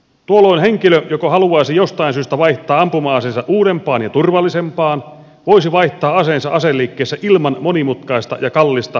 tuolloin henkilö joka haluaisi jostain syystä vaihtaa ampuma aseensa uudempaan ja turvallisempaan voisi vaihtaa aseensa aseliikkeessä ilman monimutkaista ja kallista hankkimislupamenettelyä